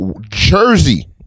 Jersey